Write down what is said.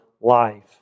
life